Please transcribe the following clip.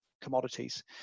Commodities